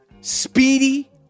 speedy